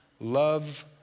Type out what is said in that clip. love